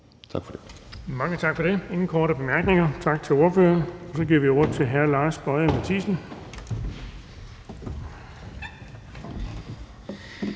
tak for det. Der er ingen korte bemærkninger. Tak til ordføreren. Så giver vi ordet til hr. Lars Boje Mathiesen.